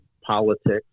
politics